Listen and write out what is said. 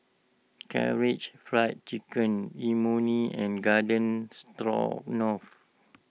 Karaage Fried Chicken Imoni and Garden Stroganoff